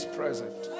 present